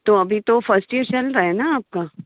तो अभी तो फ़र्स्ट यर चल रहा है ना आपका